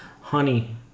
honey